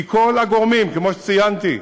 כי כל הגורמים, כמו שציינתי,